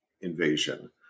invasion